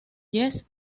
jess